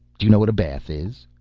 do you know what a bath is?